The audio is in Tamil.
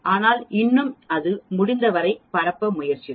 ஆனால் இன்னும் அது முடிந்தவரை பரப்ப முயற்சிக்கும்